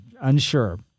unsure